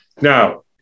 Now